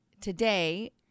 today